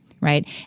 right